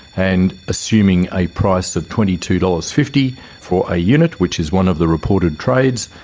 and assuming a price of twenty two dollars. fifty for a unit, which is one of the reported trades,